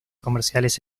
comerciales